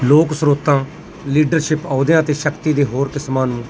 ਲੋਕ ਸਰੋਤਾਂ ਲੀਡਰਸ਼ਿਪ ਅਹੁਦਿਆਂ ਅਤੇ ਸ਼ਕਤੀ ਦੇ ਹੋਰ ਕਿਸਮਾਂ ਨੂੰ